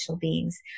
beings